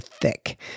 thick